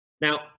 Now